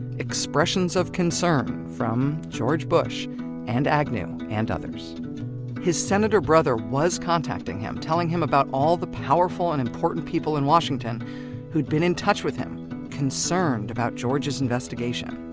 expression of concern from george bush and agnew and others his senator brother was contacting him telling him about all the powerful and important people in washington who had been in touch with him concerned about george's investigation